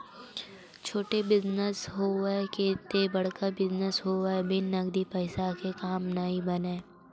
छोटे बिजनेस होवय ते बड़का बिजनेस होवय बिन नगदी पइसा के काम नइ बनय